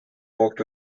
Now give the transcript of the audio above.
worked